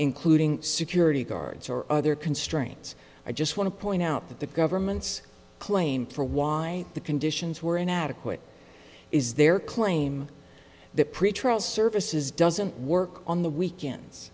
including security guards or other constraints i just want to point out that the government's claim for why the conditions were inadequate is their claim that pretrial services doesn't work on the weekends